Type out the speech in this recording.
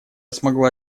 смогла